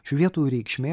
šių vietų reikšmė